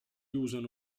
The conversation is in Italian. usano